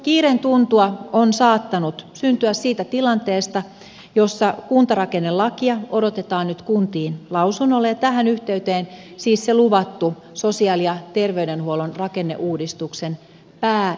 kiireen tuntua on saattanut syntyä siitä tilanteesta jossa kuntarakennelakia odotetaan nyt kuntiin lausunnolle ja tähän yhteyteen tulee siis se luvattu sosiaali ja terveydenhuollon rakenneuudistuksen päälinjaus